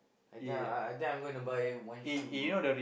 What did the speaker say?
I think I I I think I'm gonna buy one shoe bro